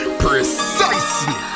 precisely